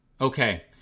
Okay